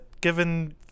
given